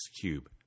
Cube